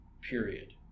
Period